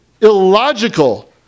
illogical